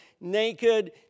naked